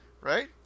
right